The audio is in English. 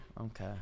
Okay